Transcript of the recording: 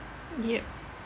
yup